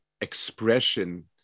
expression